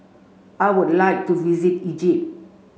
I would like to visit Egypt